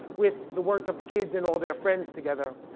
with the work of the kids and all their friends together.